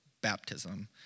baptism